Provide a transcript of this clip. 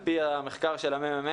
על פי המחקר של הממ"מ,